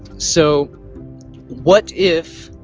so what if